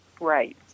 right